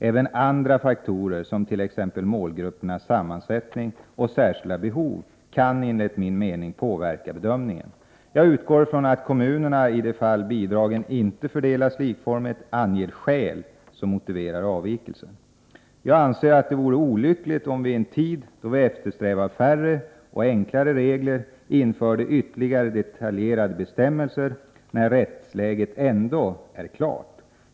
Även andra faktorer, t.ex. målgruppernas sammansättning och särskilda behov, kan enligt min mening påverka bedömningen. Jag utgår från att kommunerna, i de fall bidragen inte fördelas likformigt, anger skäl som motiverar avvikelsen. Jag anser att det vore olyckligt om vi i en tid då vi eftersträvar färre och enklare regler införde ytterligare detaljerade bestämmelser när rättsläget ändå är klart.